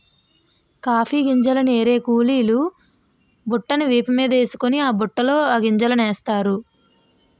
coffee గింజల్ని ఏరే కూలీలు బుట్టను వీపు మీదేసుకొని ఆ బుట్టలోన ఆ గింజలనేస్తారు